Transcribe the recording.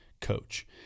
coach